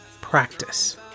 practice